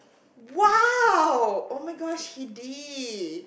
!wow! oh-my-gosh he did